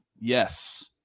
Yes